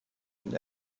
und